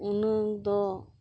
ᱩᱱᱟᱹᱜ ᱫᱚ